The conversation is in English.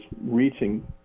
reaching